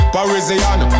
Parisian